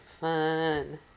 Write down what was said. fun